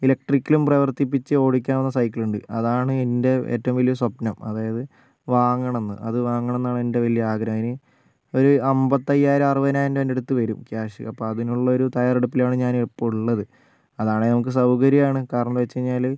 ഇലെക്ട്രിക്കലും പ്രവർത്തിപ്പിച്ച് ഓടിക്കാവുന്ന സൈക്കിൾ ഉണ്ട് അതാണ് എൻ്റെ ഏറ്റവും വലിയ സ്വപ്നം അതായത് വാങ്ങണം എന്ന് അത് വാങ്ങണം എന്നാണ് എൻ്റെ വലിയ ആഗ്രഹം അതിന് ഒരു അമ്പത്തയായിരം അറുപതിനായിരം അതിനടുത്ത് വരും ക്യാഷ് അപ്പൊൾ അതിനുള്ള തയാറെടുപ്പിലാണ് ഞാൻ ഇപ്പൊ ഉള്ളത് അതാണെങ്കിൽ നമുക്ക് സൗകര്യമാണ് കാരണം എന്ന് വെച്ച്കഴിഞ്ഞാല്